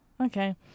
Okay